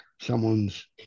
someone's